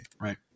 right